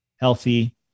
healthy